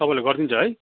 तपाईँले गरिदिन्छ है